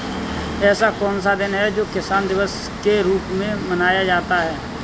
ऐसा कौन सा दिन है जो किसान दिवस के रूप में मनाया जाता है?